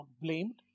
blamed